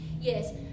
Yes